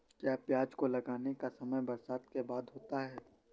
क्या प्याज को लगाने का समय बरसात के बाद होता है?